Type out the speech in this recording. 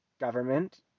government